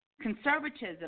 conservatism